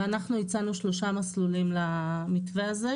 ואנחנו הצענו שלושה מסלולים למתווה הזה.